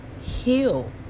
heal